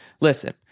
listen